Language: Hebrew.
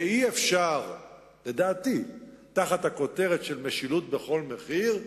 אי-אפשר, לדעתי, תחת הכותרת של משילות בכל מחיר,